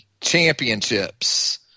championships